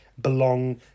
belong